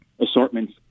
assortments